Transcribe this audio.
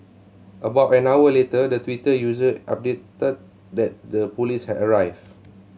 about an hour later the Twitter user updated that the police had arrived